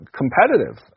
competitive